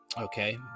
Okay